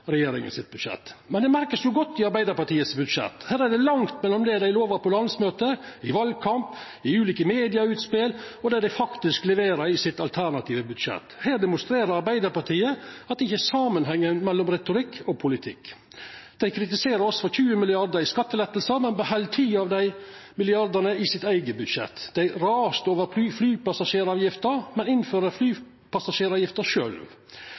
regjeringa sitt budsjett. Men det merkast godt i Arbeidarpartiets budsjett. Her er det langt mellom det dei lova på landsmøtet, i valkampen og i ulike medieutspel, og det dei faktisk leverer i sitt alternative budsjett. Her demonstrerer Arbeidarpartiet at det ikkje er samanheng mellom retorikk og politikk. Dei kritiserer oss for 20 mrd. kr i skattelette, men beheld ti av dei milliardane i eige budsjett. Dei rasa over flypassasjeravgifta, men innfører